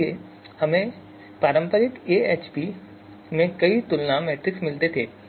इसलिए हमें पारंपरिक AHP में कई तुलना मैट्रिक्स मिलते थे